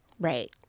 Right